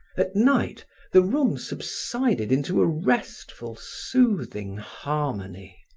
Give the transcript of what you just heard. at night the room subsided into a restful, soothing harmony.